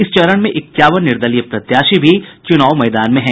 इस चरण में इक्यावन निर्दलीय प्रत्याशी भी चुनाव मैदान में हैं